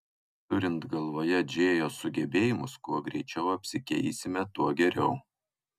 turint galvoje džėjos sugebėjimus kuo greičiau apsikeisime tuo geriau